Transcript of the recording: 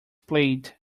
played